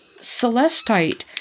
celestite